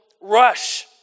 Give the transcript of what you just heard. rush